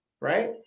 Right